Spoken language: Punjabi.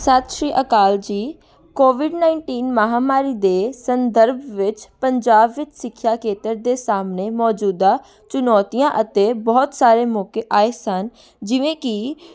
ਸਤਿ ਸ਼੍ਰੀ ਅਕਾਲ ਜੀ ਕੋਵਿਡ ਨਾਈਨਟੀਨ ਮਹਾਂਮਾਰੀ ਦੇ ਸੰਦਰਭ ਵਿੱਚ ਪੰਜਾਬ ਵਿੱਚ ਸਿੱਖਿਆ ਖੇਤਰ ਦੇ ਸਾਹਮਣੇ ਮੌਜੂਦਾ ਚੁਣੌਤੀਆਂ ਅਤੇ ਬਹੁਤ ਸਾਰੇ ਮੌਕੇ ਆਏ ਸਨ ਜਿਵੇਂ ਕਿ